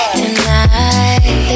tonight